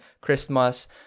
christmas